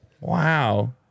Wow